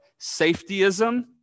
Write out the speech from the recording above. safetyism